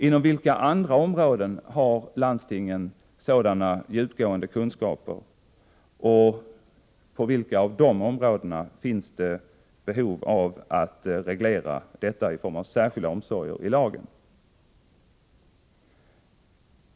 Inom vilka andra områden har landstingen sådana djupgående kunskaper och på vilka av de områdena finns det behov av en reglering i form av särskilda omsorger i lagen?